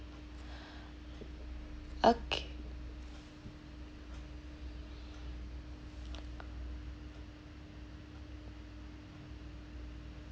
okay